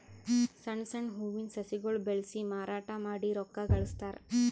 ಸಣ್ಣ್ ಸಣ್ಣ್ ಹೂವಿನ ಸಸಿಗೊಳ್ ಬೆಳಸಿ ಮಾರಾಟ್ ಮಾಡಿ ರೊಕ್ಕಾ ಗಳಸ್ತಾರ್